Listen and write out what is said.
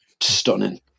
stunning